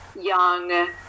young